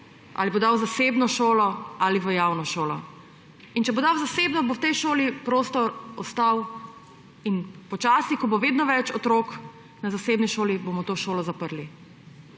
ali bo dal v zasebno šolo ali v javno šolo. In če bo dal v zasebno, bo v tej šoli prostor ostal. Počasi, ko bo vedno več otrok v zasebni šoli, bomo to šolo zaprli.